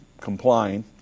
complying